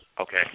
okay